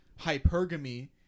hypergamy